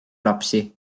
lapsi